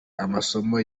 amasomo